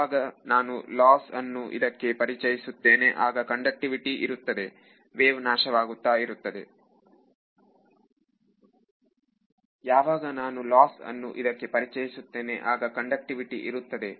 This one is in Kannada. ಯಾವಾಗ ನಾನು ಲಾಸ್ ಅನ್ನು ಇದಕ್ಕೆ ಪರಿಚಯಿಸುತ್ತೇನೆ ಆಗ ಕಂಡಕ್ಟಿವಿಟಿ ಇರುತ್ತದೆ ವೇವ್ ನಾಶವಾಗುತ್ತಾ ಇರುತ್ತದೆ